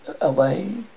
away